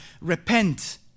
repent